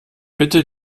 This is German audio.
bitte